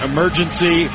Emergency